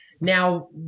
now